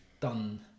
done